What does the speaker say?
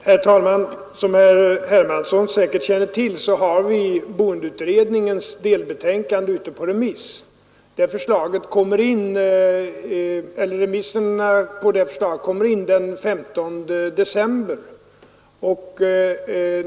Herr talman! Som herr Hermansson säkerligen känner till är boendeutredningens delbetänkande ute på remiss. Remissyttrandena över förslaget skall vara inne senast den 15 december.